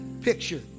picture